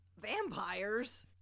Vampires